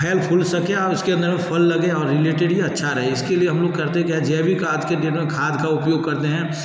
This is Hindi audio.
फल फूल सके और उसके अंदर में फल लगें और रिलेटेड ही अच्छा रहे इसके लिए हम लोग करते क्या है जैविक आज के डेट में खाद का उपयोग करते हैं